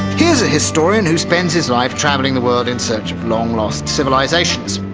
here's a historian who spends his life travelling the world in search of long lost civilizations,